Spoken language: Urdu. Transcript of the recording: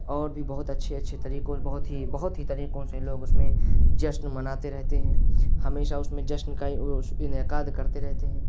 اور بھی بہت اچھے اچھے طریقوں اور بہت ہی بہت ہی طریقوں سے لوگ اس میں جشن مناتے رہتے ہیں ہمیشہ اس میں جشن کا انعقاد کرتے رہتے ہیں